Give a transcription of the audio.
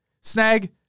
Snag